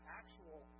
actual